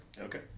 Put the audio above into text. Okay